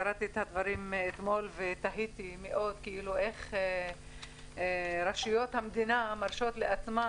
קראתי את הדברים אתמול ותהיתי מאוד איך רשויות המדינה מרשות לעצמן,